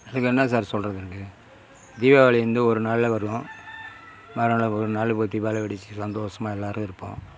இதுக்கு என்ன சார் சொல்கிறது நானு தீபாவளி வந்து ஒரு நாளில் வரும் மறு நாள் ஒரு நாளில் போய் தீபாவளி வெடிச்சி சந்தோசமாக எல்லோரும் இருப்போம்